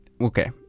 okay